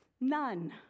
none